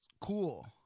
cool